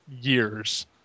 years